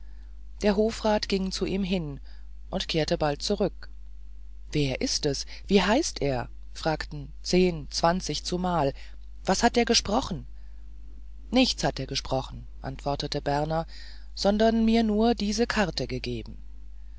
der hofrat ging zu ihm hin und kehrte bald zurück wer ist es wie heißt er fragten zehn zwanzig zumal was hat er gesprochen nichts hat er gesprochen antwortete berner sondern mir nur diese karte gegeben